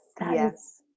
Yes